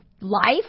Life